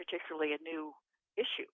particularly a new issue